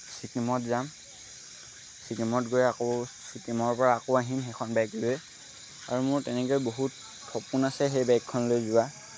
ছিকিমত যাম ছিকিমত গৈ আকৌ ছিকিমৰপৰা আকৌ আহিম সেইখন বাইক লৈয়ে আৰু মোৰ তেনেকৈ বহুত সপোন আছে সেই বাইকখন লৈ যোৱা